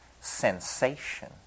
sensation